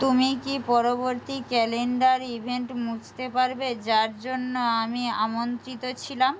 তুমি কি পরবর্তী ক্যালেন্ডার ইভেন্ট মুছতে পারবে যার জন্য আমি আমন্ত্রিত ছিলাম